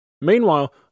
Meanwhile